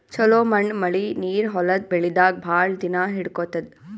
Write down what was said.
ಛಲೋ ಮಣ್ಣ್ ಮಳಿ ನೀರ್ ಹೊಲದ್ ಬೆಳಿದಾಗ್ ಭಾಳ್ ದಿನಾ ಹಿಡ್ಕೋತದ್